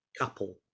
couple